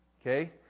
Okay